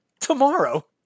tomorrow